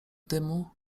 dymu